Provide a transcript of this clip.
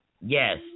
Yes